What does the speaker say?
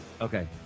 Okay